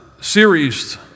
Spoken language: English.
series